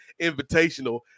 Invitational